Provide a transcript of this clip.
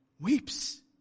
weeps